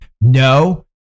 No